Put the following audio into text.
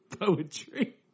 Poetry